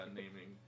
naming